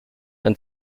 ein